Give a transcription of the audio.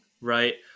right